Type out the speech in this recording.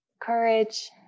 courage